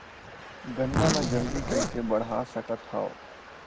गन्ना ल जल्दी कइसे बढ़ा सकत हव?